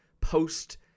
post-